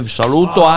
saluto